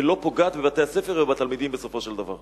ולא פוגעת בבתי-הספר ובתלמידים בסופו של דבר.